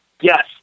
Yes